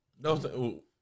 No